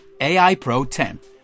AIPRO10